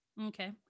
Okay